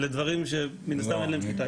אלה דברים שמן הסתם אין עליהם שליטה.